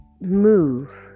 move